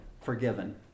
forgiven